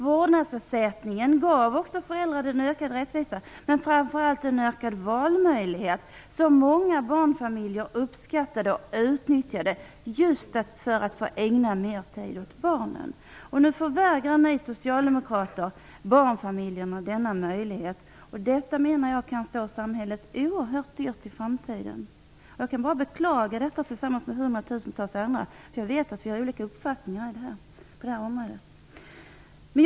Vårdnadsersättningen gav också föräldrarna en ökad rättvisa, men framför allt en ökad valmöjlighet som många barnfamiljer uppskattade och utnyttjade just för att ägna mer tid åt barnen. Nu förvägrar ni socialdemokrater barnfamiljerna denna möjlighet. Detta, menar jag, kan stå samhället oerhört dyrt i framtiden. Jag kan bara, tillsammans med hundratusentals andra, beklaga detta. Jag vet att vi har olika uppfattningar på det här området.